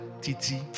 Titi